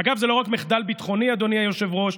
אגב, זה לא רק מחדל ביטחוני, אדוני היושב-ראש,